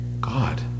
God